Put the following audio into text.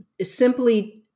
simply